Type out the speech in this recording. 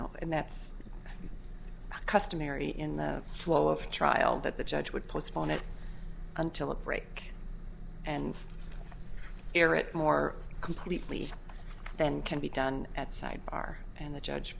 and that's customary in the flow of trial that the judge would postpone it until a break and aerate more completely than can be done at sidebar and the judge